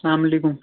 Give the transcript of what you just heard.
سلامُ علیکُم